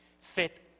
fit